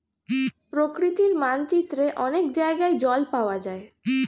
প্রকৃতির মানচিত্রে অনেক জায়গায় জল পাওয়া যায়